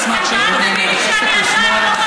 אני אשמח.